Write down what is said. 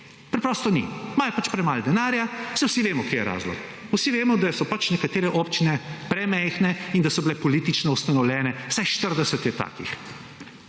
preprosto ni. Imajo pač premalo denarja. Saj vsi vemo kje je razlog. Vsi vemo, da so pač nekatere občine premajhne in da so bile politično ustanovljene. Vsaj štirideset je takih.